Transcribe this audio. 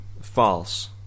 False